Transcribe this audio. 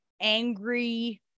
angry